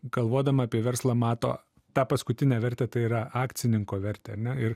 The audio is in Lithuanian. galvodama apie verslą mato tą paskutinę vertę tai yra akcininko vertę ar ne ir